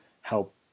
help